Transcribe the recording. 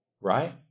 Right